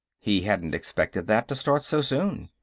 he hadn't expected that to start so soon.